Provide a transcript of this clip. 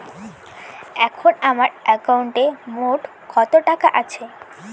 এখন আমার একাউন্টে মোট কত টাকা আছে?